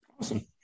Awesome